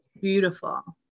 beautiful